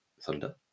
Thunder